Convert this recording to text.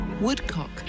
Woodcock